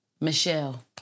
Michelle